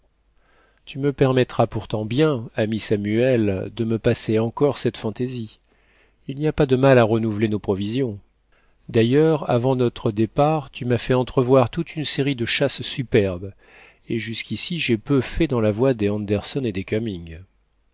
tu me permettras pourtant bien ami samuel de me passer encore cette fantaisie il n'y a pas de mal à renouveler nos provisions d'ailleurs avant notre départ tu mas fait entrevoir toute une série de chasses superbes et jusqu'ici j'ai peu fait dans la voie des anderson et des cumming